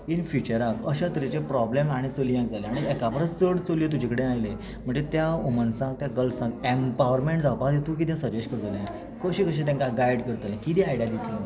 in फ्युचराक अशे तरेचे प्रोबल्म आनी चलयांक जाले आनी एका परस चड चलयो तुजे कडेन आयले म्हणटकीच त्या वुमन्सांक त्या गल्यांक एम्पावरमेंट जावपा खातीर तूं कितें सजेस्ट करतलें कश्यो कश्यो तांकां गायड करतलें कितें आयडिया दितलें